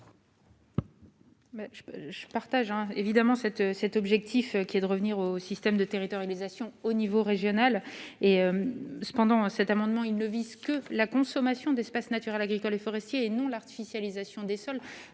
Je partage évidemment l'objectif qui consiste à revenir au système de territorialisation au niveau régional. Cependant, l'amendement n° 1759 rectifié ne vise que la consommation d'espace naturel, agricole et forestier, et non l'artificialisation des sols.